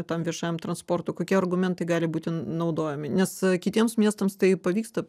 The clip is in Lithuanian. tam viešajam transportui kokie argumentai gali būti naudojami nes kitiems miestams tai pavyksta